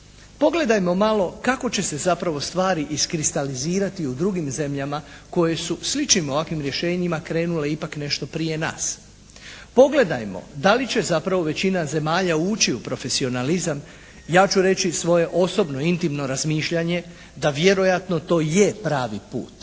pogledajmo malo kako će se zapravo stvari iskristalizirati u drugim zemljama koje su sličnim ovakvim rješenjima krenule ipak nešto prije nas. Pogledajmo da li će zapravo većina zemalja ući u profesionalizam. Ja ću reći svoje osobno, intimno razmišljanje da vjerojatno to je pravi put,